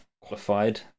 qualified